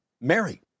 Mary